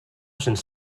cents